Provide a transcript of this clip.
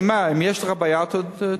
אני אומר, אם יש לך בעיה אז תפנה.